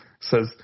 says